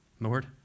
Lord